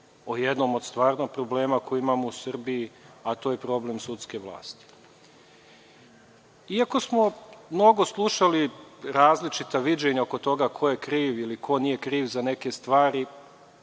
o jednom od stvarnih problema koji imamo u Srbiji, a to je problem sudske vlasti. Iako smo mnogo slušali različita viđenja oko toga ko je kriv ili ko nije kriv za neke stvari